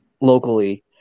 locally